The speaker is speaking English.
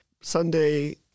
Sunday